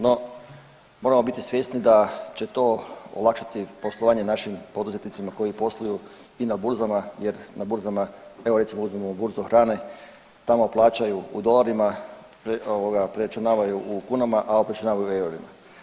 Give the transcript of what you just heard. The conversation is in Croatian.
No moramo biti svjesni da će to olakšati poslovanje našim poduzetnicima koji posluju i na burzama jer na burzama, evo recimo uzmimo burzu hrane, tamo plaćaju u dolarima preračunavaju u kunama, a obračunavaju u eurima.